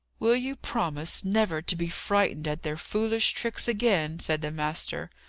will you promise never to be frightened at their foolish tricks again? said the master.